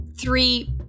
three